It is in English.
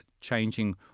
changing